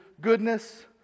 goodness